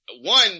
one